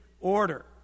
order